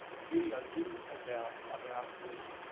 video didn't point out about the.